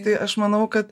tai aš manau kad